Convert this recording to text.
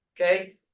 okay